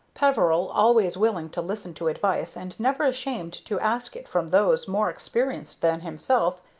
peveril, always willing to listen to advice and never ashamed to ask it from those more experienced than himself,